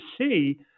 see